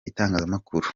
itangazamakuru